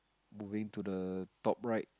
moving to the top right